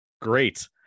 Great